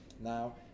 now